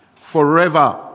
forever